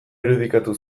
irudikatu